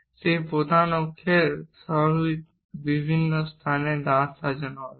সেই প্রধান অক্ষের স্বাভাবিক বিভিন্ন স্থানে দাঁত সাজানো হবে